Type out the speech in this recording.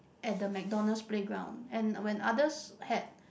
at the McDonald's playground and when others had